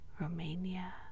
Romania